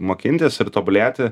mokintis ir tobulėti